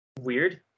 weird